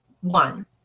One